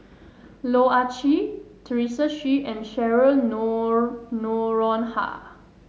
Loh Ah Chee Teresa Hsu and Cheryl nor Noronha